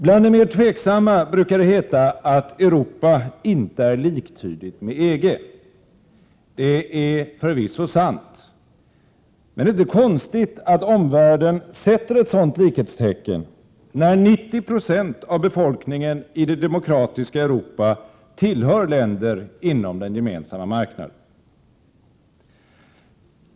Bland de mer tveksamma brukar det heta att Europa inte är liktydigt med EG. Det är förvisso sant. Men det är inte konstigt att omvärlden sätter ett sådant likhetstecken, när 90 Jo av befolkningen i det demokratiska Europa tillhör länder inom den gemensamma marknaden.